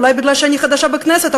אולי כי אני חדשה בכנסת,